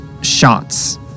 shots